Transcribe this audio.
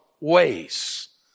ways